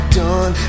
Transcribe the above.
done